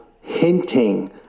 hinting